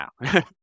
now